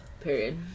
period